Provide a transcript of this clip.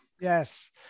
Yes